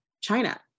china